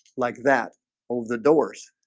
like that over the doors